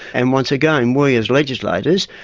and once again, we as legislators,